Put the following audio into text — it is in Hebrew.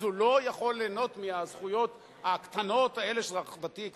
אז הוא לא יכול ליהנות מהזכויות הקטנות האלה של אזרח ותיק?